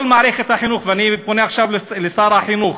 כל מערכת החינוך, אני פונה עכשיו לשר החינוך